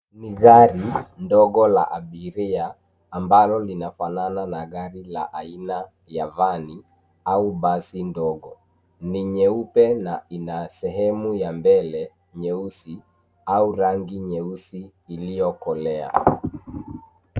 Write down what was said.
Ni gari ndogo la abiria ambalo linafanana na gari la aina ya vani au basi ndogo. Ni nyeupe na ina sehemu ya mbele nyeusi au rangi nyeusi iliyokolea.